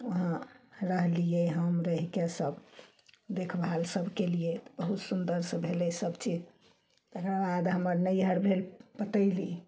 वहाँ रहलियै हम रहि कऽ सब देख भाल सब केलियै बहुत सुन्दर से भेलै सब चीज तेकरा बाद हमर नैहर भेल पतैली